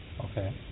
Okay